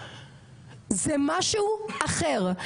זה משהו אחר,